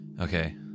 okay